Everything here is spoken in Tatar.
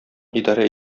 идарә